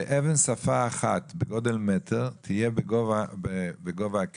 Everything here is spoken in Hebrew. שאבן שפה אחת בגודל מטר תהיה בגובה הכביש,